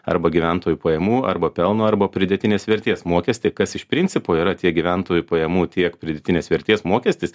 arba gyventojų pajamų arba pelno arba pridėtinės vertės mokestį kas iš principo yra tiek gyventojų pajamų tiek pridėtinės vertės mokestis